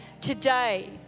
today